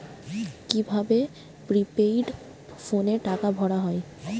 কি ভাবে প্রিপেইড ফোনে টাকা ভরা হয়?